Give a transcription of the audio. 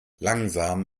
langsam